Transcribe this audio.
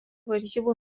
varžybų